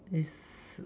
is